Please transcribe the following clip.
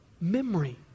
memory